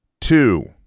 two